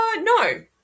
No